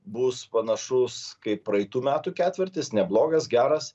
bus panašus kaip praeitų metų ketvirtis neblogas geras